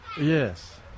Yes